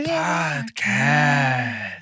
podcast